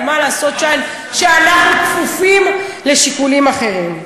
אבל מה לעשות שאנחנו כפופים לשיקולים אחרים.